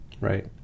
Right